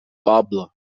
poble